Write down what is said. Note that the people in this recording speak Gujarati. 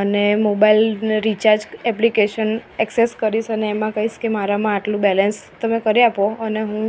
અને મોબાઈલને રિચાર્જ ઍપ્લિકેશન એક્સેસ કરીશ અને એમાં કહીશ કે મારામાં આટલું બેલેન્સ તમે કરી આપો અને હું